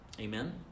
Amen